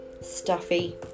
stuffy